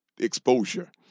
exposure